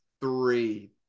three